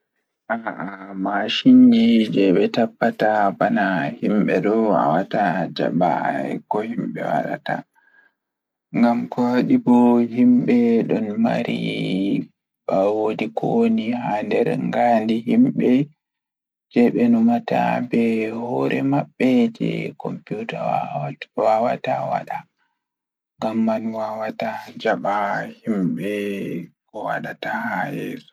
Hay eynude fow, artifisiali intelligeensi o waawi ruttude e maɓɓe nder hol no joɗi. Kono, ko ɓe waɗi kooɗaɗe, ɓe andi e ngaskuɗe ceɗɗi ɗee, artifisiali intelligeensi ko njaati dow rewirde e maɓɓe ko fiilde njaltuɗo. Wata, ɗum no woodi haala dow fiilde humondiruɗe kala kaɗi.